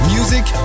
Music